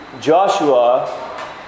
Joshua